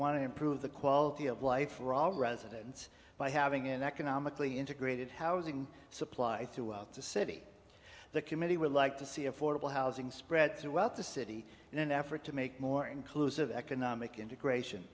want to improve the quality of life for all residents by having an economically integrated housing supply throughout the city the committee would like to see affordable housing spread throughout the city in an effort to make more inclusive economic integration